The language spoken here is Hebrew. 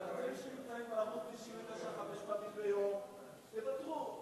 אלו שנמצאים בערוץ-99 חמש פעמים ביום שיוותרו,